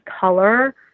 color